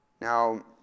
Now